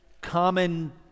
common